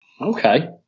Okay